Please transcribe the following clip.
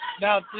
Now